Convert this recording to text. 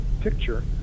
picture